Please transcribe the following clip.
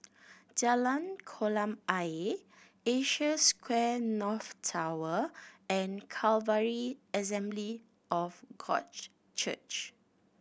Jalan Kolam Ayer Asia Square North Tower and Calvary Assembly of God Church